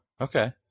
Okay